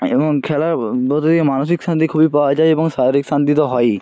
এবং খেলার বদলে মানসিক শান্তি খুবই পাওয়া যায় এবং শারীরিক শান্তি তো হয়ই